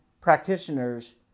practitioners